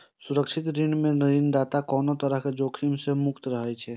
सुरक्षित ऋण मे ऋणदाता कोनो तरहक जोखिम सं मुक्त रहै छै